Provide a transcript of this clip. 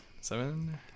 Seven